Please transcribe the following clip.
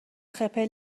خپل